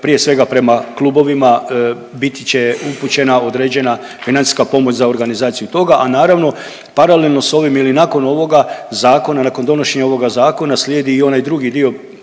prije svega prema klubovima biti će upućena određena financijska pomoć za organizaciju toga, a naravno paralelno s ovim ili nakon ovoga zakona, nakon donošenja ovoga zakona slijedi i onaj drugi dio